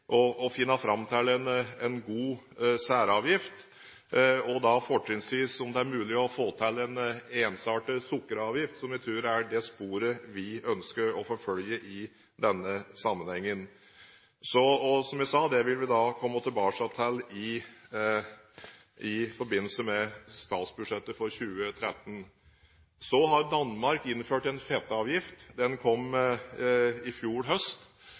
å finne fram til en god særavgift, og da fortrinnsvis se om det er mulig å få til en ensartet sukkeravgift, som jeg tror er det sporet vi ønsker å forfølge i denne sammenhengen. Og som jeg sa: Dette vil vi komme tilbake til i forbindelse med statsbudsjettet for 2013. Så har Danmark innført en fettavgift. Den kom i fjor høst.